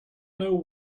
know